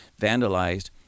vandalized